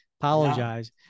apologize